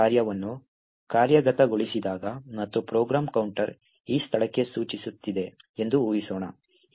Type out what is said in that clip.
ಮುಖ್ಯ ಕಾರ್ಯವನ್ನು ಕಾರ್ಯಗತಗೊಳಿಸಿದಾಗ ಮತ್ತು ಪ್ರೋಗ್ರಾಂ ಕೌಂಟರ್ ಈ ಸ್ಥಳಕ್ಕೆ ಸೂಚಿಸುತ್ತಿದೆ ಎಂದು ಊಹಿಸೋಣ